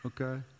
okay